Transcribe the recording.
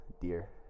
dear